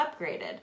upgraded